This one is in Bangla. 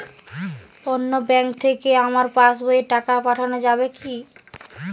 অন্য ব্যাঙ্ক থেকে আমার পাশবইয়ে টাকা পাঠানো যাবে কি?